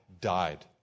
died